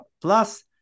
Plus